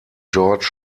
george